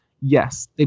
Yes